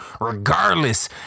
regardless